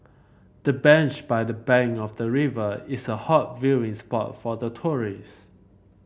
the bench by the bank of the river is a hot viewing spot for the tourist